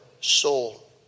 soul